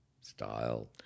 Style